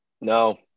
No